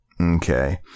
Okay